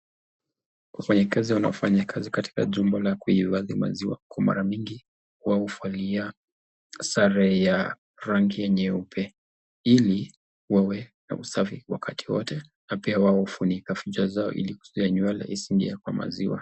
Wafanyi kazi wanafanya kazi katika jumba la kuifadhi maziwa kwa mara nyingi wao huvalia sare ya rangi nyeupe. Ili wawe na usafi wakati wote, na pia wao ufunika vichwa zao ili nywele isiingie kwa maziwa.